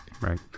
Right